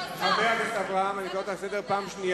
חברת הכנסת רוחמה אברהם, זה לא יכול להמשיך כך.